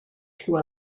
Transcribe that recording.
two